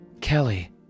Kelly